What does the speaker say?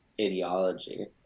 ideology